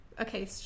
Okay